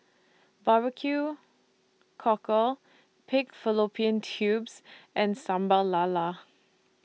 Barbecue Cockle Pig Fallopian Tubes and Sambal Lala